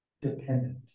Dependent